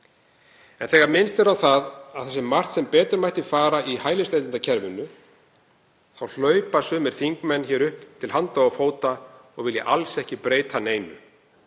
En þegar minnst er á að það sé margt sem betur mætti fara í hælisleitendakerfinu þá hlaupa sumir þingmenn upp til handa og fóta og vilja alls ekki breyta neinu,